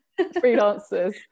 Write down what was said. freelancers